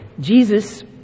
Jesus